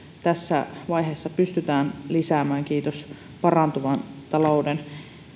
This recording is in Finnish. tässä vaiheessa pystytään lisäämään kiitos parantuvan talouden